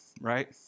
right